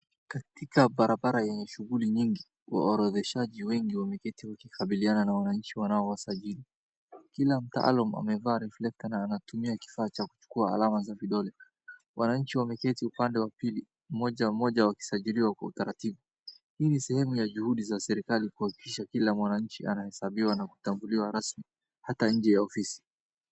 Katika barabara yenye shughuli nyingi, waorodheshaji wengi wameketi wakikabiliana na wananchi wanaowasajili. Kila mtaalam amevaa reflector na anatumia kifaa cha kuchukua alama za vidole. Wananchi wameketi upande wa pili mmoja mmoja wakisajiliwa kwa utaratibu. Hii ni sehemu ya juhudi za serikali kuhakikisha kila mwananchi anahesabiwa na kutambuliwa rasmi hata nje ya ofisi.